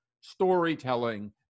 storytelling